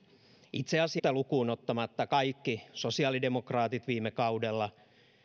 itse asiassa tämän esitetyn kevytautolainsäädännön puolesta äänestivät yhtä lukuun ottamatta kaikki sosiaalidemokraatit viime kaudella